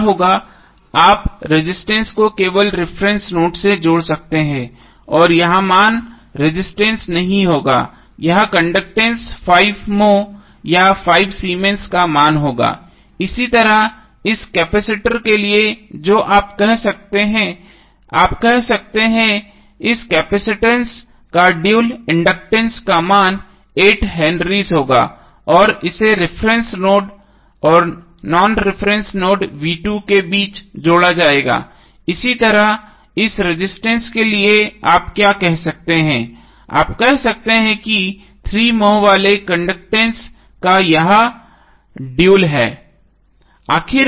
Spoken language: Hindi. तो क्या होगा आप रेजिस्टेंस को केवल रिफरेन्स नोड से जोड़ सकते हैं और यह मान रेजिस्टेंस नहीं होगा यह कंडक्टैंस 5 moh या 5 Siemens का मान होगा इसी तरह इस कैपेसिटर के लिए जो आप कह सकते हैं आप कह सकते हैं इस केपसिटंस का ड्यूल इंडक्टेंस का मान 8 हेनरीज़ होगा और इसे रिफरेन्स नोड और नॉन रिफरेन्स नोड v2 के बीच जोड़ा जाएगा इसी तरह इस रेजिस्टेंस के लिए आप क्या कह सकते हैं आप कह सकते हैं कि 3 moh वाले कंडक्टैंस का यह ड्यूल है